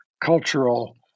cultural